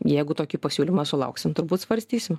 jeigu tokį pasiūlymą sulauksim turbūt svarstysim